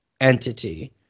entity